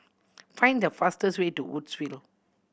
find the fastest way to Woodsville